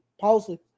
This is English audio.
policy